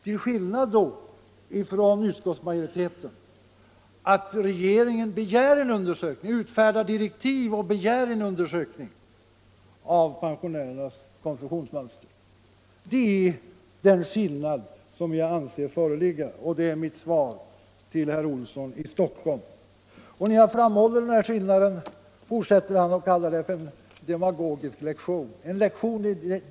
Till skillnad från utskottsmajoriteten vill vi att regeringen utfärdar direktiv och begär en undersökning av pensionärernas konsumtionsmönster. Denna skillnad anser jag föreligga, och det är mitt svar till herr Olsson i Stockholm. När jag framhåller denna skillnad, fortsätter han att kalla det för en lektion i demagogi.